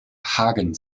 hagen